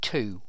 Two